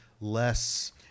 less